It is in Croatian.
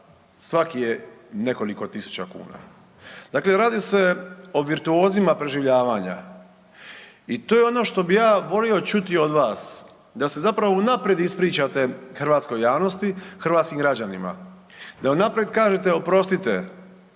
svaki je nekoliko tisuća kuna. Dakle, radi se o virtuozima preživljavanja i to je ono što bi ja volio čuti od vas da se zapravo unaprijed ispričate hrvatskoj javnosti, hrvatskim građanima da unaprijed kažete oprostite